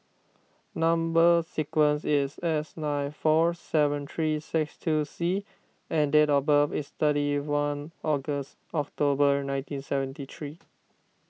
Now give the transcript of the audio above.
Number Sequence is S nine five four seven three six two C and date of birth is thirty one August October nineteen seventy three